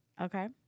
okay